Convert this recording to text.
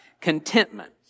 contentment